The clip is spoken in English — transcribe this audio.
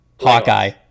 Hawkeye